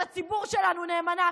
את הציבור שלנו נאמנה,